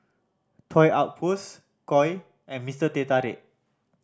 Toy Outpost Koi and Mr Teh Tarik